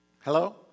Hello